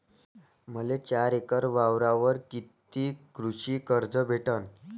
मले चार एकर वावरावर कितीक कृषी कर्ज भेटन?